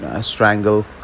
strangle